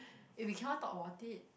if we cannot talk about it